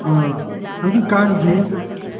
ꯍꯧꯖꯤꯛ ꯀꯥꯟꯁꯤ